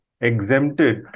exempted